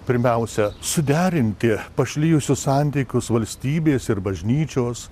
pirmiausia suderinti pašlijusius santykius valstybės ir bažnyčios